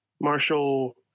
marshall